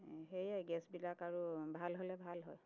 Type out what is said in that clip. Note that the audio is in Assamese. সেয়াই গেছবিলাক আৰু ভাল হ'লে ভাল হয়